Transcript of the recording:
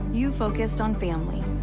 you focused on family.